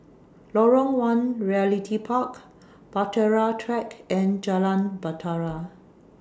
Lorong one Realty Park Bahtera Track and Jalan Bahtera